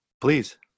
Please